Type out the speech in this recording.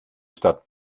stadt